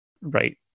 Right